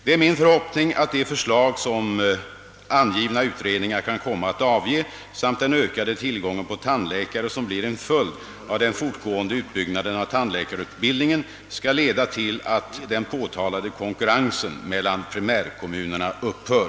Det är min förhoppning att de förslag som angivna utredningar kan komma att avge samt den ökade tillgången på tandläkare som blir en följd av den fortgående utbyggnaden av tandläkarutbildningen skall leda till att den påtalade konkurrensen mellan primärkommunerna upphör.